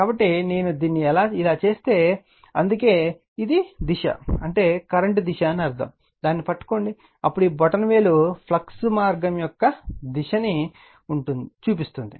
కాబట్టి నేను దీన్ని ఇలా చేస్తే అందుకే ఇది దిశ అంటే కరెంట్ దిశ అని అర్థం దాన్ని పట్టుకోండి అప్పుడు ఈ బొటనవేలు ఫ్లక్స్ మార్గం యొక్క దిశ లో ఉంటుంది